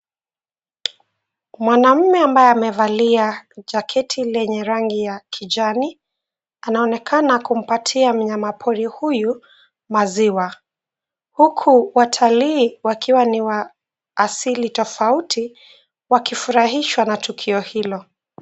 Mwanamume ambaye amevalia jaketi lenye rangi ya kijani anaonekana kumpatia mnyama pori huyu maziwa. Huku watalii wakiwa ni wa asili tofauti wakifurahishwa na tukio hilo.